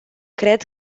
cred